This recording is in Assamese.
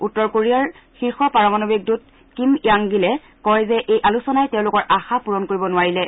উত্তৰ কোৰিয়াৰ শীৰ্ষ পাৰমাণৱিক দূত কিম য়াং গিলে কয় যে এই আলোচনাই তেওঁলোকৰ আশা পূৰণ কৰিব নোৱাৰিলে